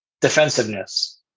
defensiveness